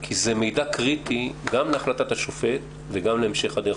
כי זה מידע קריטי גם להחלטת השופט וגם להמשך הדרך.